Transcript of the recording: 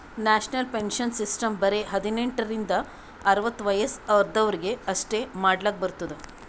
national pension system ಬರೆ ಹದಿನೆಂಟ ರಿಂದ ಅರ್ವತ್ ವಯಸ್ಸ ಆದ್ವರಿಗ್ ಅಷ್ಟೇ ಮಾಡ್ಲಕ್ ಬರ್ತುದ್